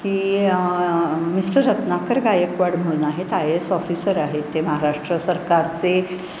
ही mister Ratnakar Gaikwad म्हणून आहेत I A S officer आहेत ते महाराष्ट्र सरकारचे